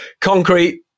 concrete